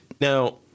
Now